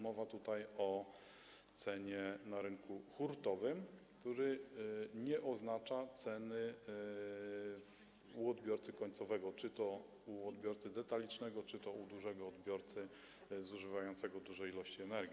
Mówimy tutaj jednak o cenie na rynku hurtowym, która nie jest tożsama z ceną u odbiorcy końcowego: czy to u odbiorcy detalicznego, czy to u dużego odbiorcy zużywającego duże ilości energii.